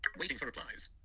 waiting for replies.